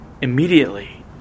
immediately